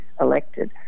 elected